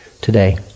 today